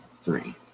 three